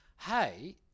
hey